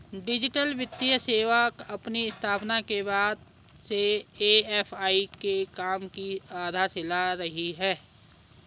digital वित्तीय सेवा अपनी स्थापना के बाद से ए.एफ.आई के काम की आधारशिला रही है